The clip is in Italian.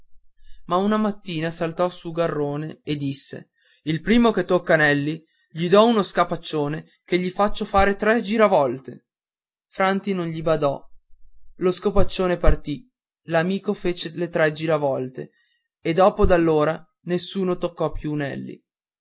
ma una mattina saltò su garrone e disse il primo che tocca nelli gli do uno scapaccione che gli faccio far tre giravolte franti non gli badò lo scapaccione partì l'amico fece le tre giravolte e dopo d'allora nessuno toccò più nelli